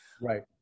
Right